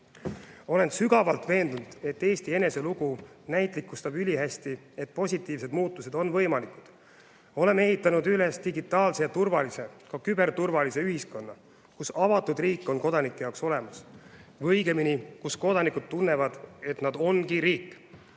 Olen sügavalt veendunud, et Eesti enese lugu näitlikustab ülihästi, et positiivsed muutused on võimalikud. Oleme ehitanud üles digitaalse ja turvalise, ka küberturvalise ühiskonna, kus avatud riik on kodanike jaoks olemas, või õigemini, kus kodanikud tunnevad, et nad ongi riik,